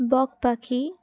বক পাখি